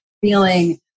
feeling